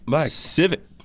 civic